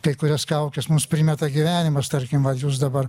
tai kurias kaukes mums primeta gyvenimas tarkim va jūs dabar